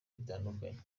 bitandukanye